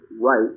right